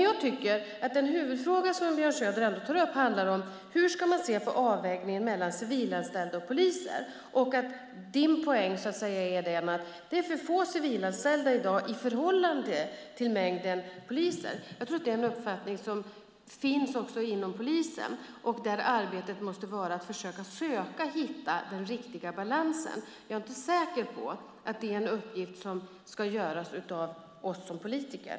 Jag tycker att den huvudfråga som Björn Söder tar upp handlar om: Hur ska man se på avvägningen mellan civilanställda och poliser? Din poäng är att det i dag är för få civilanställda i förhållande till mängden poliser. Jag tror att det är en uppfattning som finns också inom polisen och där arbetet måste vara att försöka hitta den riktiga balansen. Jag är inte säker på att det är en uppgift som ska göras av oss politiker.